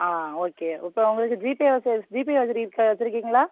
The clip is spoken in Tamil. ஆ ஓகே இப்போ உங்களுக்கு ஜிபே வசதி ஜிபே வசதி இருக்கா வைச்சுருக்கீங்களா